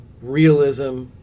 realism